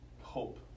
Hope